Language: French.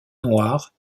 noir